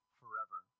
forever